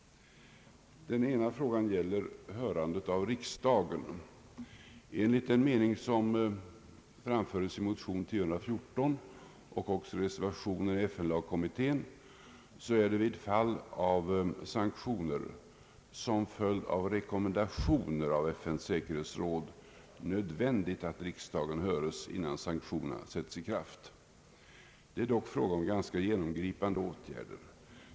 En av dem gäller hörandet av riksdagen. Enligt den mening som framföres i motionen I: 1014 och i reservation i FN-lagkommittén är det vid fall av sanktioner som följd av rekommendationer från FN:s säkerhetsråd nödvändigt att riksdagen höres innan sanktionerna sätts i kraft. Det är dock fråga om ganska genomgripande åtgärder.